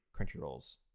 Crunchyroll's